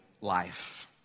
life